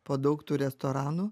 po daug tų restoranų